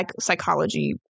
psychology